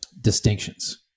distinctions